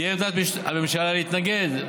תהיה עמדת הממשלה להתנגד.